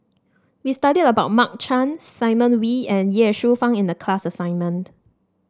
we studied about Mark Chan Simon Wee and Ye Shufang in the class assignment